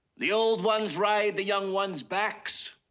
the old ones ride the young ones' backs,